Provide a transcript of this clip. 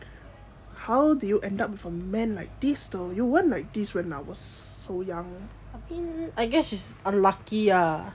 how do you end up with a man like this though you weren't like this when I was so young